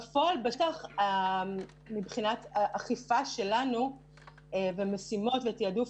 בפועל מבחינת אכיפה שלנו ומשימות ותעדוף